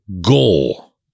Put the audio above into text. goal